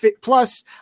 plus